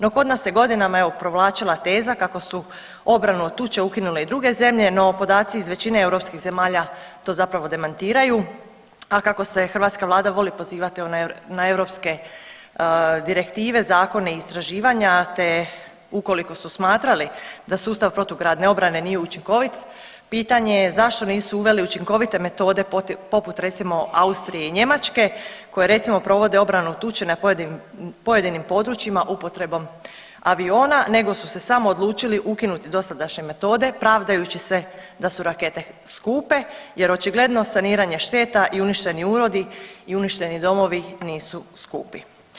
No kod nas se godinama provlačila teza kako su obranu od tuče ukinule i druge zemlje, no podaci iz većine europskih zemalja to zapravo demantiraju, a kako se hrvatska vlada voli pozivati na europske direktive, zakone i istraživanja te ukoliko su smatrali da sustav protugradne obrane nije učinkovit, pitanje ja zašto nisu uveli učinkovite metode poput recimo Austrije i Njemačke koji recimo provode obranu od tuče na pojedinim područjima upotrebom aviona nego su se samo odlučili ukinuti dosadašnje metode pravdajući se da su rakete skupe jer očigledno saniranje šteta i uništeni urodi i uništeni domovi nisu skupi.